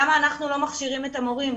למה אנחנו לא מכשירים את המורים?